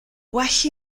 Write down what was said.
well